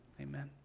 Amen